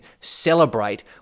celebrate